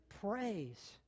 praise